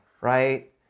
right